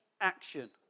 action